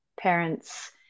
parents